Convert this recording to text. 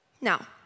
Now